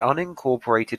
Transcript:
unincorporated